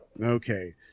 Okay